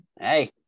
Hey